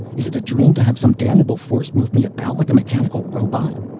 is it a dream to have some damnable force move me about like a mechanical robot?